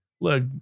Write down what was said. Look